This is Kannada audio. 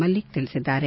ಮಲ್ಲಿಕ್ ತಿಳಿಸಿದ್ದಾರೆ